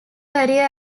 career